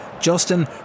Justin